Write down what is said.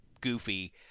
goofy-